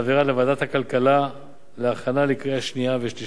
לוועדת הכלכלה להכנה לקריאה שנייה ושלישית.